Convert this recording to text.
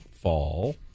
Fall